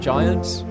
Giants